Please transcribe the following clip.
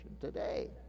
today